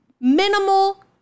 minimal